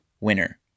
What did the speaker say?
winner